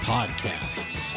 Podcasts